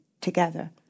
together